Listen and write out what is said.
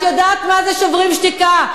את יודעת מה זה "שוברים שתיקה"?